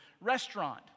restaurant